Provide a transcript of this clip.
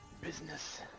business